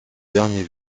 dernier